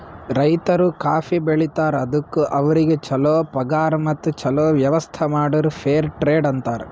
ರೈತರು ಕಾಫಿ ಬೆಳಿತಾರ್ ಅದುಕ್ ಅವ್ರಿಗ ಛಲೋ ಪಗಾರ್ ಮತ್ತ ಛಲೋ ವ್ಯವಸ್ಥ ಮಾಡುರ್ ಫೇರ್ ಟ್ರೇಡ್ ಅಂತಾರ್